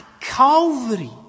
Calvary